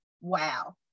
wow